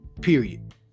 period